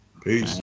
Peace